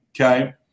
okay